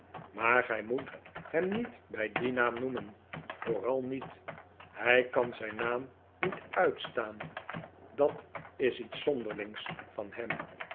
maar gij moet hem niet bij dien naam noemen vooral niet hij kan zijn naam niet uitstaan dat is iets zondeflings van hem